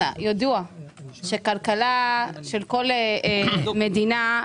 ידוע שכלכלה של כל מדינה,